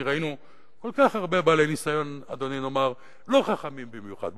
כי ראינו כל כך הרבה בעלי ניסיון לא חכמים במיוחד.